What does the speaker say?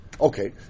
Okay